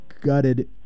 gutted